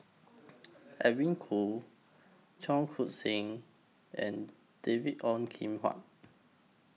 Edwin Koo Cheong Koon Seng and David Ong Kim Huat